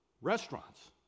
restaurants